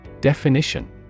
Definition